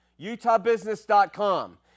utahbusiness.com